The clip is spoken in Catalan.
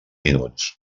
minuts